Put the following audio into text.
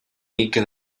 mica